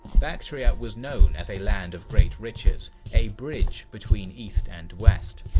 bactria was known as a land of great riches, a bridge between east and west.